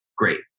great